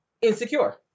Insecure